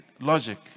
logic